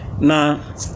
now